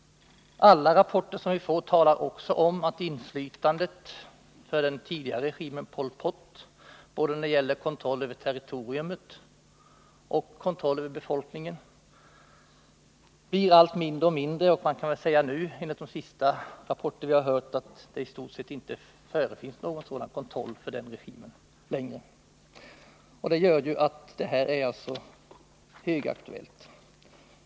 Alla rapporter som vi får talar också om att inflytandet för den tidigare regimen Pol Pot, både när det gäller kontroll över territoriet och kontroll över befolkningen, blir allt mindre och mindre. Man kan väl säga att de senaste rapporterna tyder på att den regimen inte upprätthåller någon kontroll längre. Det gör att det här är högaktuellt.